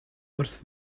wrth